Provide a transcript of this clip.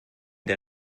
der